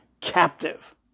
captive